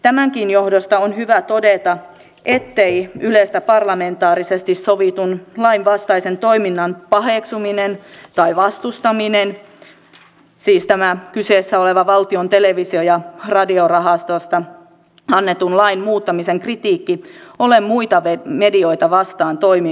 tämänkin johdosta on hyvä todeta ettei ylestä parlamentaarisesti sovitun lainvastaisen toiminnan paheksuminen tai vastustaminen siis tämä kyseessä oleva valtion televisio ja radiorahastosta annetun lain muuttamisen kritiikki ole muita medioita vastaan toimimista